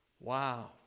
wow